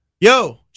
Yo